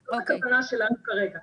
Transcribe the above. זאת הכוונה שלנו כרגע.